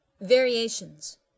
Variations